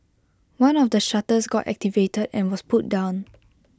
one of the shutters got activated and was pulled down